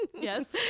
yes